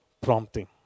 prompting